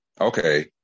Okay